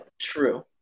true